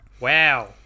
Wow